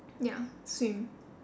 ya swim